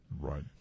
Right